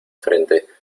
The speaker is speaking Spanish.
frente